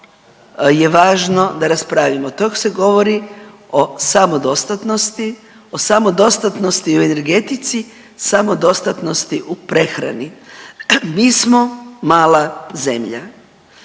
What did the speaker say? je važno da raspravimo. To se govori o samodostatnosti, o samodostatnosti u energetici, samodostatnosti u prehrani. Mi smo mala zemlja,